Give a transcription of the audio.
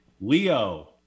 Leo